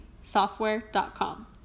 software.com